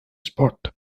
spot